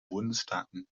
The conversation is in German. bundesstaaten